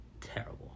Terrible